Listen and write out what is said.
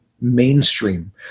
mainstream